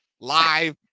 live